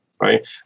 Right